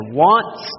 wants